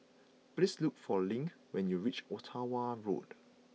please look for Link when you reach Ottawa Road